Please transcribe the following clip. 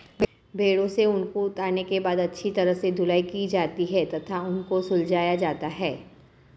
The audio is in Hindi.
भेड़ों से ऊन को उतारने के बाद अच्छी तरह से धुलाई की जाती है तथा ऊन को सुलझाया जाता है